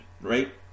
right